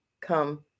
come